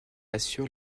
assure